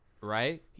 right